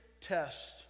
test